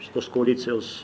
šitos koalicijos